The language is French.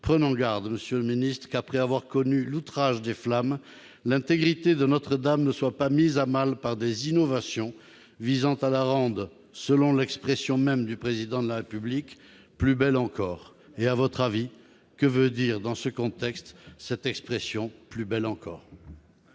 prenons garde Monsieur le Ministre, qu'après avoir connu l'outrage des flammes, l'intégrité de Notre-Dame ne soit pas mise à mal par des innovations visant à la ronde, selon l'expression même du président de la République, plus belle encore et à votre avis, que veut dire, dans ce contexte, cette expression, plus belle encore.